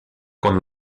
con